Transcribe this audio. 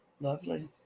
Lovely